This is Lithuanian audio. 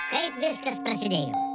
kaip viskas prasidėjo